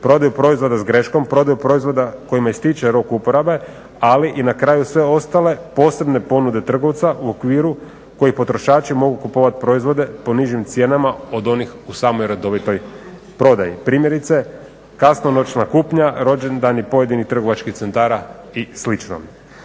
prodaju proizvoda s greškom, prodaju proizvoda kojima ističe rok uporabe, ali i na kraju sve ostale posebne ponude trgovca u okviru kojeg potrošači mogu kupovati proizvode po nižim cijenama od onih u samoj redovitoj prodaji. Primjerice, kasnonoćna kupnja, rođendani pojedinih trgovačkih centara i